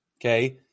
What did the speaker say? Okay